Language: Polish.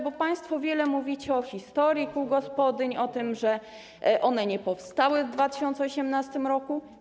Bo państwo wiele mówicie o historii kół gospodyń, o tym, że one nie powstały w 2018 r.